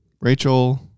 Rachel